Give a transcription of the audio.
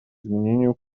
изменению